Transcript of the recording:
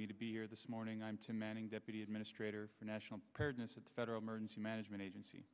me to be here this morning i'm to manning deputy administrator for national federal emergency management agency